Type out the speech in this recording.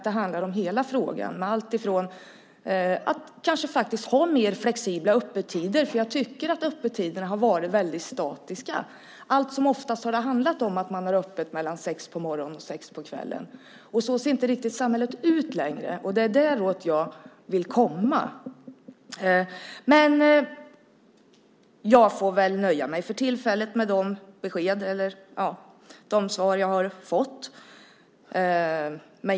Det handlar om att kanske ha mer flexibla öppettider; jag tycker att öppettiderna har varit väldigt statiska. Allt som oftast har man öppet mellan sex på morgonen och sex på kvällen, och så ser inte riktigt samhället ut längre. Det är dit jag vill komma. Men jag får väl för tillfället nöja mig med de besked och de svar jag har fått.